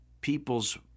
people's